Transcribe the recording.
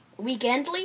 weekendly